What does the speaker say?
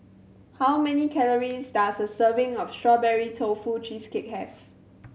how many calories does a serving of Strawberry Tofu Cheesecake have